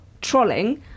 trolling